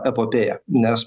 epopėją nes